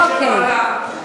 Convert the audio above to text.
אוקיי.